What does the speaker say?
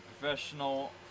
Professional